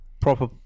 proper